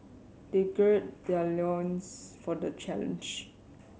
they gird their loins for the challenge